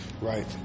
Right